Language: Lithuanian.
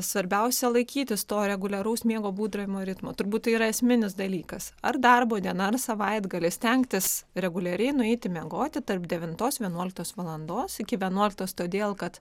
svarbiausia laikytis to reguliaraus miego būdravimo ritmo turbūt tai yra esminis dalykas ar darbo diena ar savaitgalis stengtis reguliariai nueiti miegoti tarp devintos vienuoliktos valandos iki vienuoliktos todėl kad